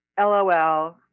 LOL